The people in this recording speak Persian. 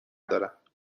دارم